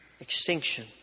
extinction